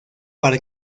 para